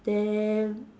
then